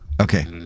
Okay